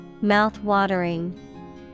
Mouth-watering